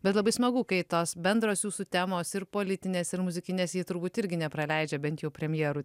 bet labai smagu kai tos bendras jūsų temos ir politinės ir muzikinės ji turbūt irgi nepraleidžia bent jau premjerų